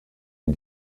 ihn